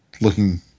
looking